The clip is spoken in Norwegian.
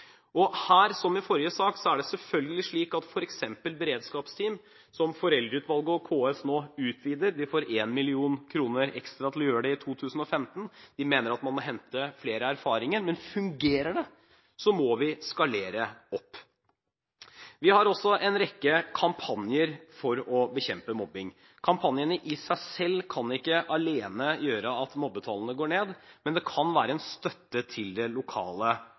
Her, som i forrige sak, er det selvfølgelig slik at hvis f.eks. beredskapsteam – som Foreldreutvalget og KS nå utvider, de får 1 mill. kr ekstra til å gjøre det i 2015, de mener at man må hente flere erfaringer – fungerer, så må vi skalere opp. Vi har også en rekke kampanjer for å bekjempe mobbing. Kampanjene i seg selv kan ikke alene gjøre at mobbetallene går ned, men det kan være en støtte til det lokale